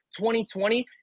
2020